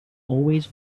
always